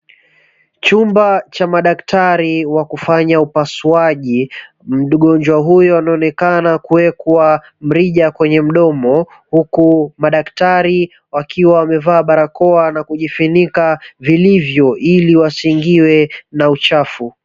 Chumba cha madaktari wa kufanya upasuaji, mgonjwa huyu anaonekana kuwekwa mrija kwenye mdomo huku madaktari wakiwa wamevaa barakoa na kujifunika vilivyo ili wasiingiwe na uchafu.